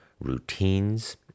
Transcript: routines